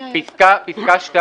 פסקה (2)